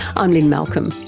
i'm lynne malcolm,